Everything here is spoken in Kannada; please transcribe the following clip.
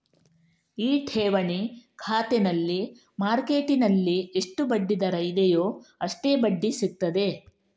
ಈ ಠೇವಣಿ ಖಾತೆನಲ್ಲಿ ಮಾರ್ಕೆಟ್ಟಿನಲ್ಲಿ ಎಷ್ಟು ಬಡ್ಡಿ ದರ ಇದೆಯೋ ಅಷ್ಟೇ ಬಡ್ಡಿ ಸಿಗ್ತದೆ